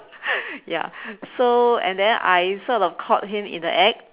ya so and then I sort of caught him in the act